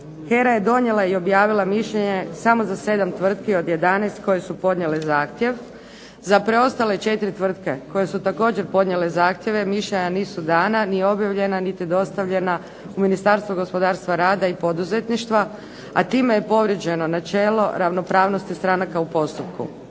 HERA je donijela i objavila mišljenje samo za 7 tvrtki od 11 koje su podnijele zahtjev, za preostale 4 tvrtke koje su također podnijele zahtjeve mišljenja nisu dana, ni objavljena, niti dostavljena u Ministarstvo gospodarstva, rada i poduzetništva, a time je povrijeđeno načelo ravnopravnosti stranaka u postupku.